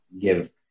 give